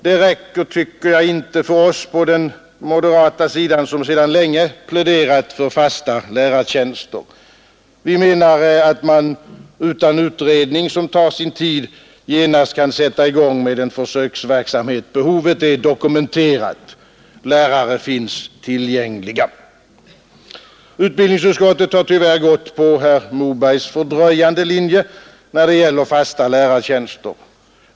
Detta räcker inte för oss på den moderata sidan, som sedan länge pläderat för fasta lärartjänster. Vi menar att man utan utredning, som tar sin tid, genast kan sätta i gång med en försöksverksamhet. Behovet är dokumenterat, lärare finns tillgängliga. Utbildningsutskottet har tyvärr gått på herr Mobergs fördröjande linje när det gäller fasta lärartjänster.